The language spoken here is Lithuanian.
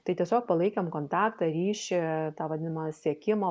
tai tiesiog palaikėm kontaktą ryši tą vadinamą siekimą